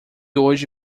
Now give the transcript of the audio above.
hoje